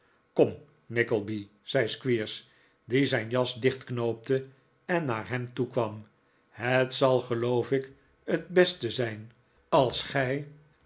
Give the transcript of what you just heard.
kom nickleby zei squeers die zijn jas dichtknoopte en naar hem toe kwam ik u een huurkoets zag betalen ik neem het zal geloof ik t beste zijn als gij